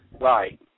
Right